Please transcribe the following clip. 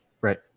Right